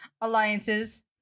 Alliances